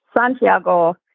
Santiago